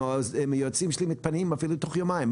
אם היועצים שלי מתפנים, אפילו בתוך יומיים.